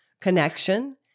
connection